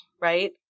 Right